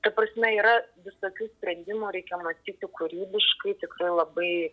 ta prasme yra visokių sprendimų reikia mąstyti kūrybiškai tikrai labai